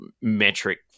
metric